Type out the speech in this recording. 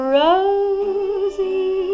rosy